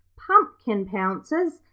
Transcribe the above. pumpkin pouncers,